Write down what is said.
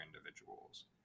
individuals